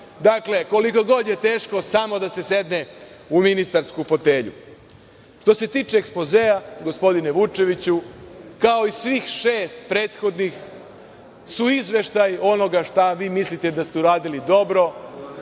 Dakle, koliko god je teško, samo da se sedne u ministarsku fotelju. Što se tiče ekspozea, gospodine Vučeviću, kao i svih šest prethodnih su izveštaj onoga šta vi mislite da ste uradili dobro,